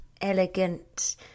elegant